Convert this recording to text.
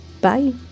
bye